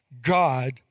God